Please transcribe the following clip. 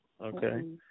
Okay